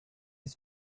his